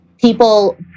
people